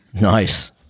Nice